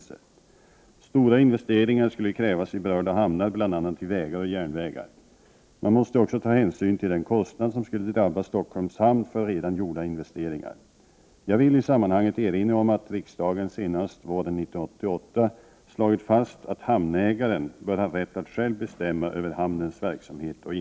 Är statsrådet beredd att ta initiativ till en samlad översyn för att få den ur miljösynpunkt bästa lösningen för färjetrafiken mellan Stockholmsregionen och länderna på andra sidan Östersjön?